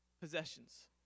possessions